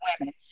women